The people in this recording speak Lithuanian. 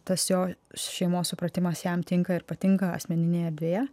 tas jo šeimos supratimas jam tinka ir patinka asmeninėje erdvėje